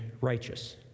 righteous